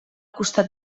costat